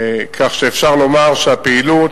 כך שאפשר לומר שהפעילות